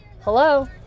Hello